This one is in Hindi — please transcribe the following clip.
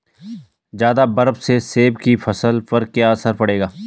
ज़्यादा बर्फ से सेब की फसल पर क्या असर पड़ेगा?